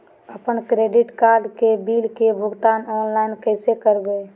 अपन credit card के bill के भुगतान ऑनलाइन कैसे करबैय?